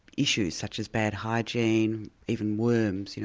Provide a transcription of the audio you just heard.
issues such as bad hygiene, even worms, you know